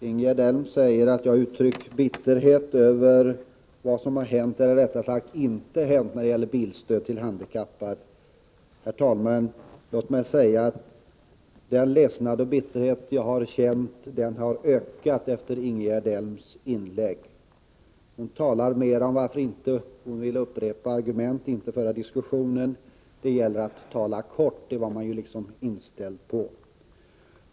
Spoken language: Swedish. Herr talman! Ingegerd Elm sade att jag uttryckte bitterhet över vad som har hänt, eller rättare sagt inte hänt, när det gäller bilstödet till handikappade. Låt mig säga att min ledsnad har ökat efter Ingegerd Elms inlägg. Hon vill inte upprepa de tidigare argumenten. Hon vill inte föra någon diskussion. Det gäller att tala kort. Det var man inställd på.